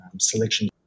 selection